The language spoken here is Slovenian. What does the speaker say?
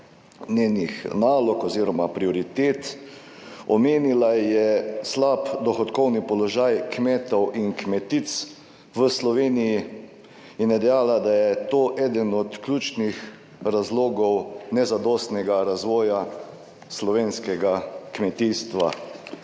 njenih nalog oziroma prioritet. Omenila je slab dohodkovni položaj kmetov in kmetic v Sloveniji in je dejala, da je to eden od ključnih razlogov nezadostnega razvoja slovenskega kmetijstva.